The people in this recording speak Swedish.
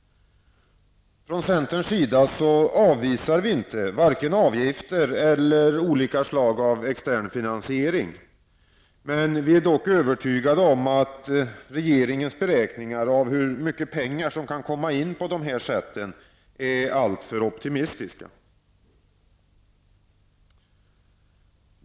Från centerns sida avvisar vi inte vare sig avgifter eller olika slag av extern finansiering. Vi är dock övertygade om att regeringens beräkningar av hur mycket pengar som kan komma in på detta sätt är alltför optimistiska.